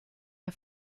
der